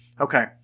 Okay